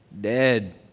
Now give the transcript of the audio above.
dead